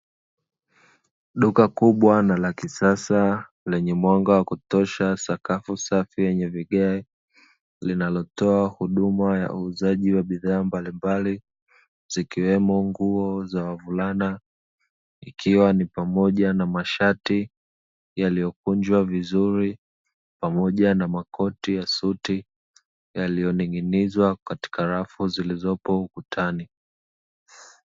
Duka kubwa na la kisasa lenye mwanga wa kutosha sakafu safi yenye vigae, linalotoa huduma ya uuzaji wa bidhaa mbalimbali zikiwemo nguo za wavulana ikiwa ni pamoja na mashati yaliyokunjwa vizuri pamoja na makoti ya suti yaliyoning’inizwa katika rafu zilizopo ukutani.